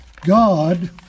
God